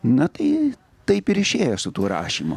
na tai taip ir išėjo su tuo rašymu